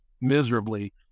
miserably